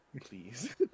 please